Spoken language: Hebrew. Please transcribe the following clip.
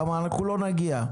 כי אנחנו לא נגיע.